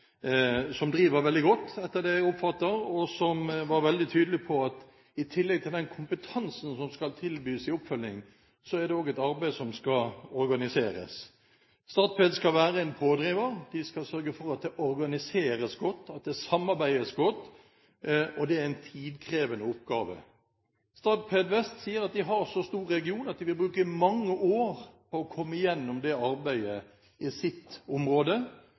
som driver veldig godt etter det jeg oppfatter, og som var veldig tydelig på at i tillegg til den kompetansen som skal tilbys i oppfølgingen, er det også et arbeid som skal organiseres. Statped skal være en pådriver, de skal sørge for at det organiseres godt, at det samarbeides godt, og det er en tidkrevende oppgave. Statped Vest sier at de har så stor region at de vil bruke mange år på å komme gjennom det arbeidet i sitt område.